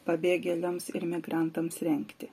pabėgėliams ir migrantams rengti